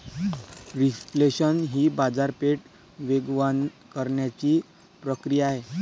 reflation ही बाजारपेठ वेगवान करण्याची प्रक्रिया आहे